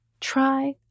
try